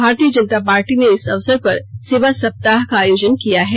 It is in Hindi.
भारतीय जनता पार्टी ने इस अवसर पर सेवा सप्ताह का आयोजन किया है